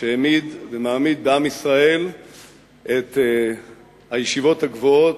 שהעמיד ומעמיד בעם ישראל את הישיבות הגבוהות,